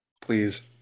Please